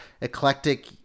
eclectic